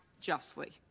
justly